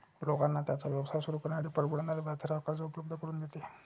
लोकांना त्यांचा व्यवसाय सुरू करण्यासाठी परवडणाऱ्या व्याजदरावर कर्ज उपलब्ध करून देते